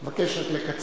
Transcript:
אני מבקש רק לקצר.